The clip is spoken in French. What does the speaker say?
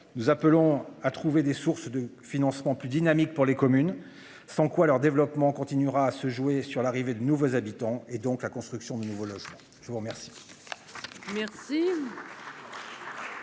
nous appelons à trouver des sources de financement plus dynamique pour les communes sans quoi leur développement continuera à se jouer sur l'arrivée de nouveaux habitants et donc la construction de nouveaux logements. Je vous remercie.